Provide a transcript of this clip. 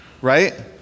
right